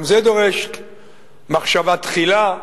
גם זה דורש מחשבה תחילה,